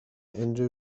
unrhyw